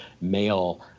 male